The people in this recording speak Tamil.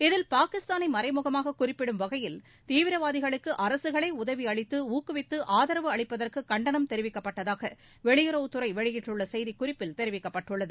இதில் பாகிஸ்தானை மறைமுகமாக குறிப்பிடும் வகையில் தீவிரவாதிகளுக்கு அரசுகளே உதவி அளித்து ஊக்குவித்து ஆதரவு அளிப்பதற்கு கண்டனம் தெிவிக்கப்பட்டதாக வெளியுறவுத் துறை வெளியிட்டுள்ள செய்திக்குறிப்பில் தெரிவிக்கப்பட்டுள்ளது